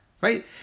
right